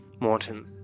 Morton